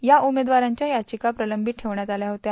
या उमेदवारांव्या याचिका प्रलंबित ठेवण्यात आल्या होत्या